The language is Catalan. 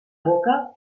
boca